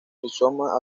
rizoma